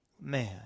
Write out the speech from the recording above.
man